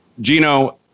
Gino